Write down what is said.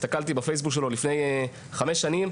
הסתכלתי בפייסבוק שלו לפני חמש שנים,